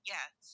Yes